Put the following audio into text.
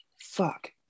Fuck